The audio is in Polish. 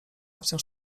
wciąż